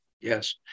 Yes